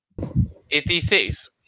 86